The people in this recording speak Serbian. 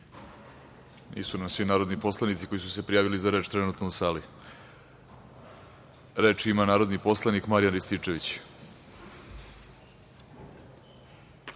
vama. Nisu svi narodni poslanici koji su se prijavili za reč trenutno u sali. Reč ima narodni poslanik Marijan Rističević.